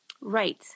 Right